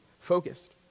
focused